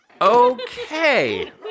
Okay